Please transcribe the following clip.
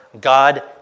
God